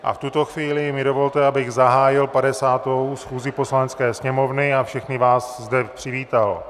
A v tuto chvíli mi dovolte, abych zahájil 50. schůzi Poslanecké sněmovny a všechny vás zde přivítal.